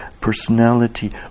personality